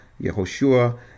Yehoshua